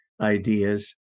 ideas